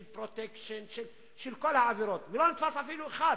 של "פרוטקשן", של כל העבירות, ולא נתפס אפילו אחד.